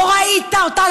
לא ראית אותה,